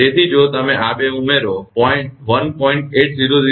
તેથી જો તમે આ બે ઉમેરો 1